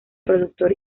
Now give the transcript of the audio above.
productor